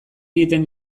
egiten